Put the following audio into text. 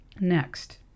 next